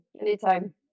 Anytime